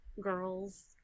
girls